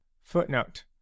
Footnote